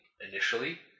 initially